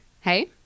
Hey